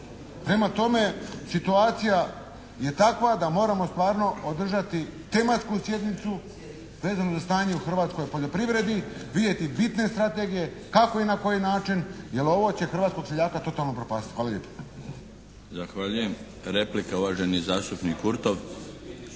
Prema tome situacija je takva da moramo stvarno održati tematsku sjednicu vezanu za stanje u hrvatskoj poljoprivredi, vidjeti bitne strategije kako i na koji način, jer ovo će hrvatskog seljaka totalno upropastiti. Hvala lijepo. **Milinović, Darko (HDZ)** Zahvaljujem. Replika, uvaženi zastupnik Kurtov.